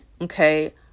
okay